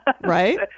Right